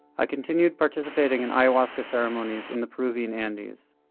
i continued participating in ayahuasca ceremonies in the peruvian andes.